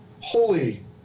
holy